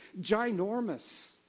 ginormous